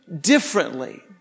differently